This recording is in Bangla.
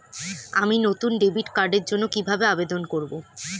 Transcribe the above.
আমি নতুন ডেবিট কার্ডের জন্য কিভাবে আবেদন করব?